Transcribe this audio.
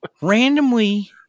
randomly